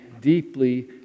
deeply